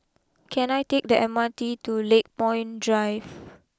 can I take the M R T to Lakepoint Drive